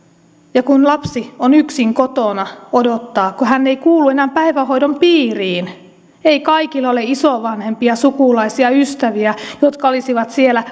ja lapsi on yksin kotona odottamassa kun hän ei kuulu enää päivähoidon piiriin ei kaikilla ole isovanhempia sukulaisia ystäviä jotka olisivat siellä